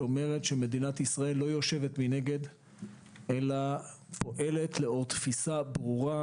שאומרת שמדינת ישראל לא יושבת מנגד אלא פועלת לאור תפיסה ברורה,